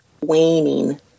waning